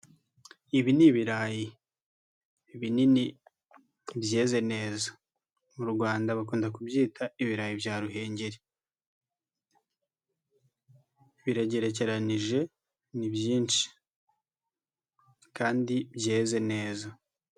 Ibi ni ibirayi bini byeze neza mu Rwanda bakunda kubyita ibirayi bya Ruhengeri biragerekeranyije ni byinshi kandi byeze neza.